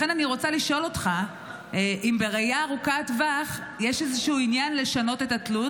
לכן אני רוצה לשאול אותך אם בראייה ארוכת טווח יש עניין לשנות את התלות.